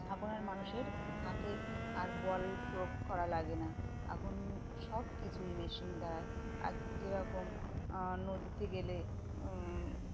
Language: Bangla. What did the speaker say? এখন আর মানুষের হাতের আর বল প্রয়োগ করা লাগে না এখন সব কিছুই মেশিন দ্বারায় যেরকম নদীতে গেলে